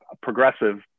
progressive